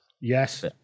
Yes